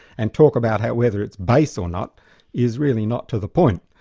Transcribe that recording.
and talk about whether it's base or not is really not to the point.